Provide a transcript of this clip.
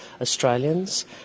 Australians